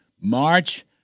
March